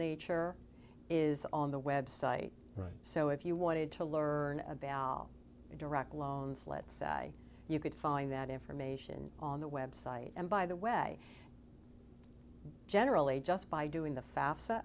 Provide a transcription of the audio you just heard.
nature is on the website right so if you wanted to learn about direct loans let's say you could find that information on the web site and by the way generally just by doing the fa